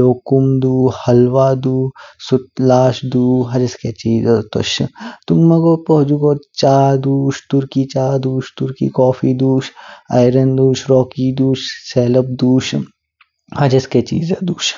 लोकोन दुउ, हलवा दुउ, सुतलश दुउ हजेके चीजो तोश। तुंग्मगो पू हुजगो चा दुश, तुर्की चा दुश, तुर्की कॉफ़ी दुश, अरोन दुश, रोक्य दुश, सेलाब दुश हजेके चीजे दुश।